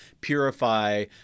Purify